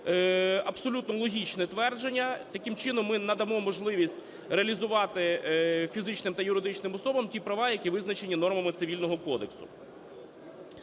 абсолютно логічне твердження. Таким чином, ми надамо можливість реалізувати фізичним та юридичним особам ті права, які визначені нормами Цивільного кодексу.